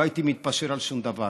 לא הייתי מתפשר על שום דבר.